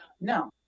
No